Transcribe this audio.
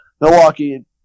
Milwaukee